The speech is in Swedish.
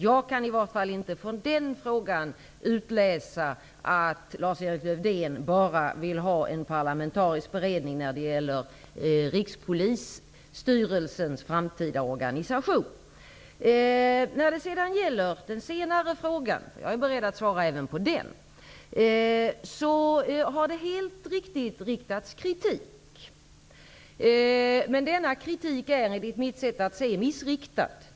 Jag kan i vart fall inte från den frågan utläsa att Lars-Erik Lövdén bara vill ha en parlamentarisk beredning när det gäller När det sedan gäller den senare frågan -- jag är beredd att svara även på den -- har det helt riktigt riktats kritik. Men denna kritik är, enligt mitt sätt att se, missriktad.